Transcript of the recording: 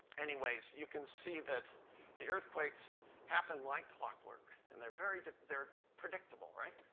anyways, you can see that the earthquakes happened like clockwork. and they're very they're predictable, right?